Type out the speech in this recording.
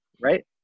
right